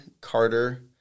Carter